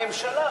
הממשלה,